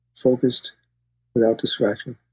focused without distraction